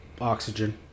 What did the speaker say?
oxygen